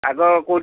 ଆଗ କେଉଁଠି